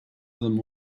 them